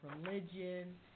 religion